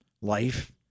life